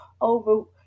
over